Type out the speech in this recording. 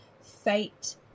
fate